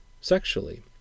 sexually